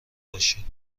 باشین